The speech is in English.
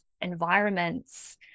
environments